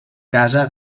casa